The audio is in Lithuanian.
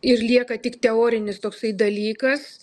ir lieka tik teorinis toksai dalykas